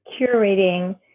curating